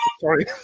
Sorry